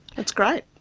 it's great.